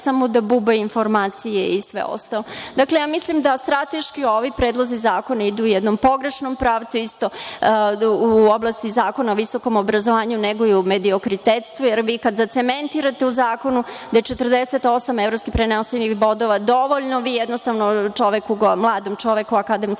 samo da buba informacije i sve ostalo. Mislim da strateški ovi predlozi zakona idu u jednom pogrešnom pravcu, u oblasti Zakona o visokom obrazovanju neguju mediokritetstvo, jer vi kada zacementirate u zakonu da je 48 evropski prenosivih bodova dovoljno, vi jednostavno mladom čoveku, akademskom